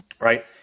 Right